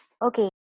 Okay